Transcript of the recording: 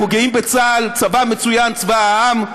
אנחנו גאים בצה"ל, צבא מצוין, צבא העם,